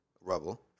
Rubble